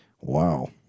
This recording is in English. Wow